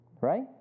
Right